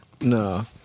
No